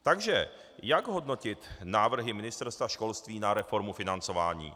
Takže jak hodnotit návrhy Ministerstva školství na reformu financování?